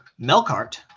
Melkart